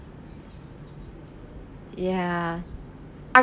ya I